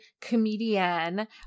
comedian